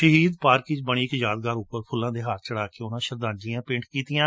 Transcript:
ਸ਼ਹੀਦੀ ਪਾਰਕ ਵਿੱਚ ਬਣੀ ਇੱਕ ਯਾਦਗਾਰ ਉੱਪਰ ਫੁੱਲਾਂ ਦੇ ਹਾਰ ਚੜ੍ਹਾ ਕੇ ਉਨ੍ਹਂ ਸ਼ਰਧਾਂਜਲੀਆਂ ਭੇਂਟ ਕੀਤੀਆਂ